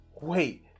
wait